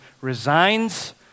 resigns